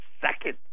second